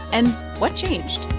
and what changed?